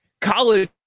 college